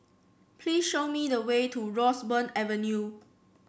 please show me the way to Roseburn Avenue